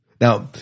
Now